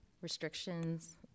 restrictions